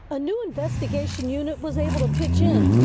a new investigation unit was able to pitch in.